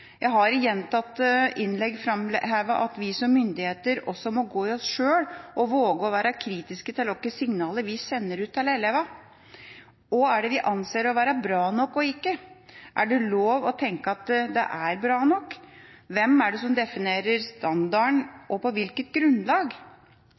Jeg har i gjentatte innlegg framhevet at vi som myndigheter også må gå i oss sjøl og våge å være kritiske til hvilke signaler vi sender ut til elevene. Hva er det vi anser for å være bra nok – og ikke? Er det lov å tenke at det er bra nok? Hvem er det som definerer standarden,